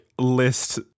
list